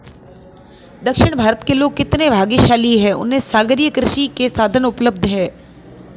दक्षिण भारत के लोग कितने भाग्यशाली हैं, उन्हें सागरीय कृषि के साधन उपलब्ध हैं